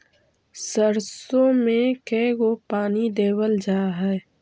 सरसों में के गो पानी देबल जा है?